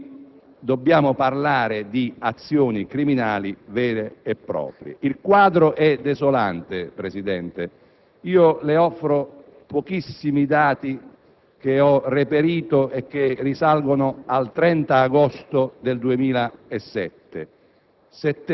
quindi parlare di azioni criminali vere e proprie. Il quadro è desolante, Presidente. Le offro pochissimi dati che ho reperito e che risalgono al 30 agosto 2007: